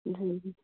जी जी